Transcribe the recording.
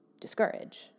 discourage